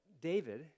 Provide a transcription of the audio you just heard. David